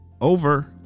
Over